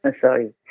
Sorry